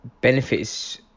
benefits